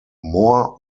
more